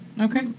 Okay